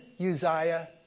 Uzziah